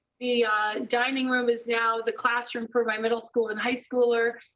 the dining room is now the classroom for my middle school and high schooler.